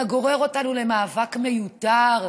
אתה גורר אותנו למאבק מיותר.